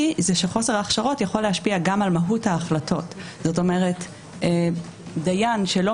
היא שבשנים האחרונות מאות שופטים השתתפו